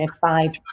five